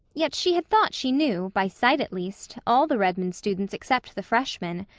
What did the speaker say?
yet she had thought she knew, by sight at least, all the redmond students except the freshmen.